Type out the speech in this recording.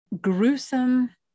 gruesome